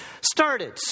started